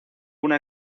una